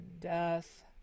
death